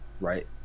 right